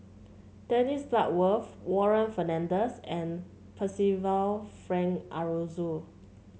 Dennis Bloodworth Warren Fernandez and Percival Frank Aroozoo